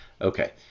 Okay